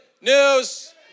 news